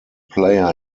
player